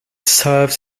serves